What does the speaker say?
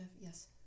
Yes